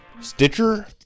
Stitcher